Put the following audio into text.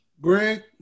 Greg